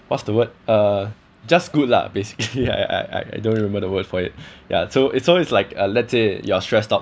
what's the word uh just good lah basically I I I I don't remember the word for it yeah so it's always like uh let's say you are stressed out